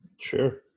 Sure